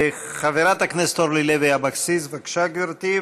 חברת הכנסת אורלי לוי אבקסיס, בבקשה, גברתי.